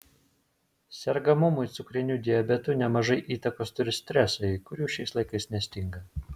sergamumui cukriniu diabetu nemažai įtakos turi stresai kurių šiais laikais nestinga